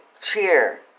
Cheer